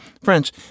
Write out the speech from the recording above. French